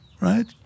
right